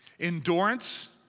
Endurance